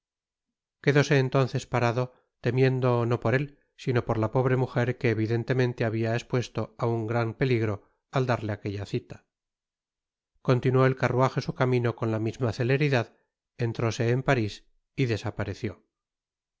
nada viereis quedóse entonces parado temiendo no por él sino por la pobre mujer que evidentemente se habia espuesto á un gran peligro al darle aquella cita continuó el carruaje su camino con la misma celeridad entróse en parís y desapareció